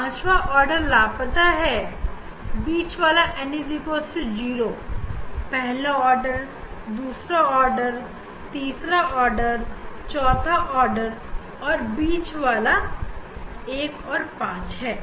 पांचवा आर्डर लापता है बीच वाला n 0 पहला ऑर्डर दूसरा आर्डर तीसरा आर्डर चौथा ऑर्डर और बीच वाला 1 5 है